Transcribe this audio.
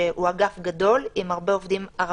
שהוא אגף גדול עם הרבה עובדים ערבים.